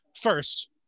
First